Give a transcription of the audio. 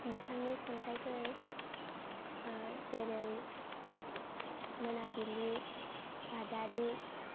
बिथांनि खन्थाइफोर जेरै मोनाबिलि बादारि